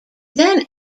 then